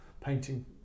painting